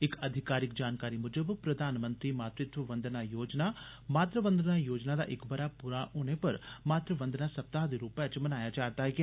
इक अधिकारिक जानकारी मुजब प्रधानमंत्री मातृत्व वंदना योजना मातृ वंदना योजना दा इक वर्ष पूरा होने पर मातृ वंदना सत्ताह दे रूपै च मनाया जा रदा ऐ